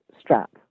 strap